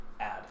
add